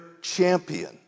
champion